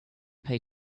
pay